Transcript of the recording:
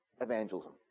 evangelism